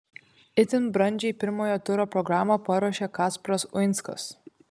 itin brandžiai pirmojo turo programą paruošė kasparas uinskas